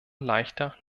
leichter